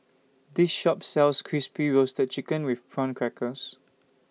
This Shop sells Crispy Roasted Chicken with Prawn Crackers